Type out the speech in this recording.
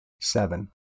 Seven